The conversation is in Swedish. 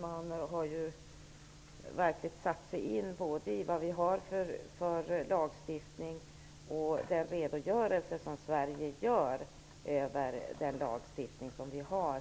Man har verkligen satt sig in i både vad vi har för lagstiftning och den redogörelse som Sverige lämnat över den lagstiftning vi har.